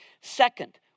Second